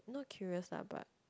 no curious lah but